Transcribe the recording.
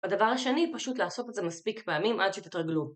הדבר השני, פשוט לעשות את זה מספיק פעמים עד שתתרגלו.